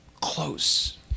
close